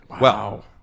Wow